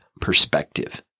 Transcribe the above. perspective